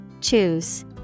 Choose